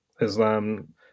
Islam